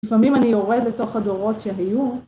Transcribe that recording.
לפעמים אני יורד לתוך הדורות שהיו.